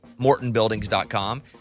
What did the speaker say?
MortonBuildings.com